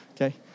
okay